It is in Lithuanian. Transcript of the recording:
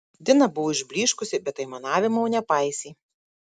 dina buvo išblyškusi bet aimanavimo nepaisė